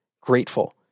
grateful